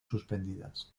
suspendidas